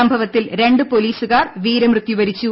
സംഭവത്തിൽ രണ്ട് പോലീസുകാർ വീരമൃത്യു വരിച്ചു